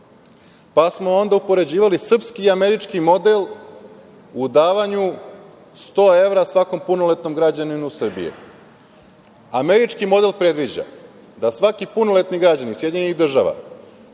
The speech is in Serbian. onda smo upoređivali i američki model u davanju 100 evra svakom punoletnom građaninu Srbije. Američki model predviđa da svaki punoletni građanin SAD koji ima